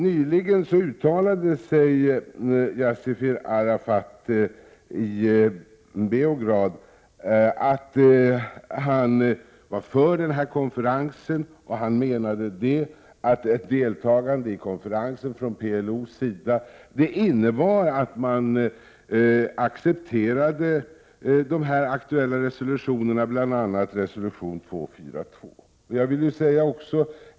Nyligen uttalade Yassir Arafat i Belgrad att han var för den här konferensen, och han menade att ett deltagande i konferensen från PLO:s sida innebär att man accepterade de aktuella resolutionerna, bl.a. resolution 242.